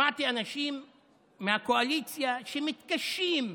שמעתי אנשים מהקואליציה שמתקשים.